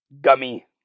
gummy